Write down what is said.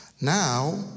now